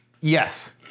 Yes